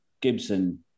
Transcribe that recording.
Gibson